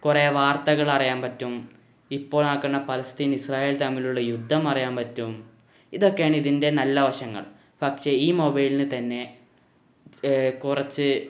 കുറേ വാർത്തകളറിയാൻ പറ്റും ഇപ്പോൾ നടക്കണ പലസ്തീൻ ഇസ്രായേൽ തമ്മിലുള്ള യുദ്ധം അറിയാൻ പറ്റും ഇതൊക്കെയാണിതിൻ്റെ നല്ല വശങ്ങൾ പക്ഷേ ഈ മൊബൈലിനു തന്നെ കുറച്ച്